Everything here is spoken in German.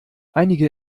einige